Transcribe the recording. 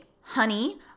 honey